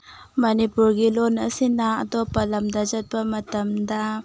ꯃꯅꯤꯄꯨꯔꯒꯤ ꯂꯣꯜ ꯑꯁꯤꯅ ꯑꯇꯣꯞꯄ ꯂꯝꯗ ꯆꯠꯄ ꯃꯇꯝꯗ